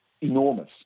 Enormous